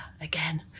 again